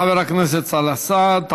תודה לחבר הכנסת סאלח סעד.